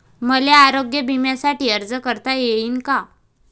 मले आरोग्य बिम्यासाठी अर्ज करता येईन का?